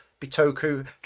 Bitoku